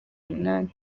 munani